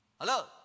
Hello